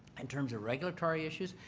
in terms of regulatory issues,